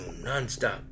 non-stop